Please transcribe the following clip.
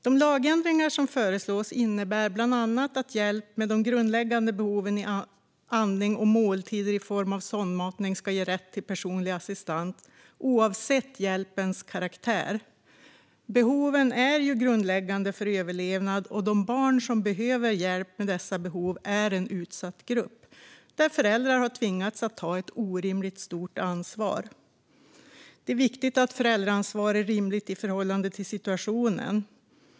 De lagändringar som föreslås innebär bland annat att hjälp med de grundläggande behoven andning och måltider i form av sondmatning ska ge rätt till personlig assistans, oavsett hjälpens karaktär. Behoven är ju grundläggande för överlevnad, och de barn som behöver hjälp med sina behov är en utsatt grupp, där föräldrar har tvingats ta ett orimligt stort ansvar. Det är viktigt att föräldraansvaret är rimligt i förhållande till situationen.